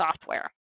software